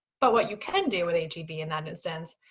but what you can do with h e b in that instance,